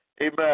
Amen